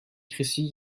crécy